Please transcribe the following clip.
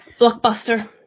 Blockbuster